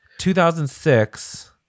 2006